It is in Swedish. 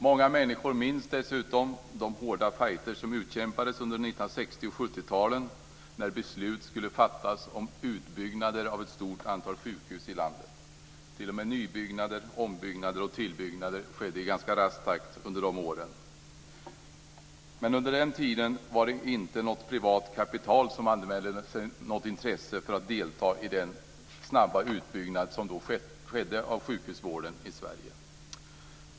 Många människor minns dessutom de hårda fighter som utkämpades under 60 och 70-talen när beslut skulle fattas om utbyggnader av ett stort antal sjukhus i landet. Nybyggnader, ombyggnader och tillbyggnader skedde i ganska rask takt under de åren. Men under den tiden var det inte något privat kapital som anmälde intresse för att delta i den snabba utbyggnad som då skedde av sjukhusvården i Sverige.